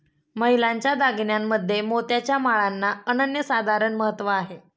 महिलांच्या दागिन्यांमध्ये मोत्याच्या माळांना अनन्यसाधारण महत्त्व आहे